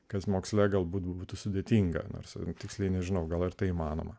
kad moksle galbūt būtų sudėtinga nors tiksliai nežinau gal ir tai įmanoma